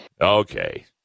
Okay